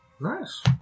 Nice